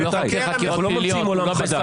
אנחנו לא ממציאים עולם חדש.